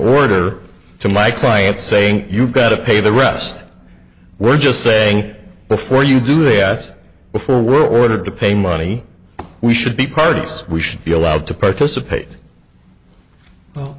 order to my client saying you've got to pay the rest we're just saying before you do that before world order to pay money we should be partners we should be allowed to participate